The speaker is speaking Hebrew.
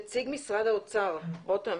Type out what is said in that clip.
נציג משרד האוצר רותם,